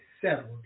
settled